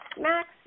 Max